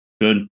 Good